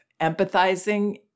empathizing